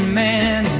man